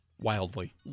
Wildly